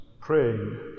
praying